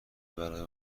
برای